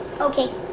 Okay